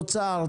אוצר,